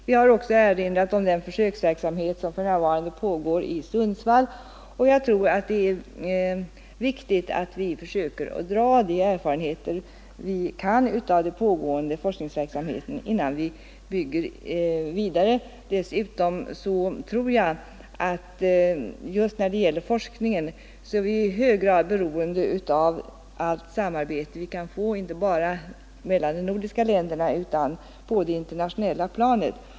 Vi har också erinrat om den försöksverksamhet som för närvarande pågår i Sundsvall. Jag tror att det är viktigt att vi försöker dra lärdomar av de erfarenheter vi har av den pågående forskningsverksamheten innan vi bygger vidare. Dessutom tror jag att vi just när det gäller forskningen i hög grad är beroende av allt samarbete vi kan få — inte bara mellan de nordiska länderna utan även på det internationella planet.